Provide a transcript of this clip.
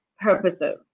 purposes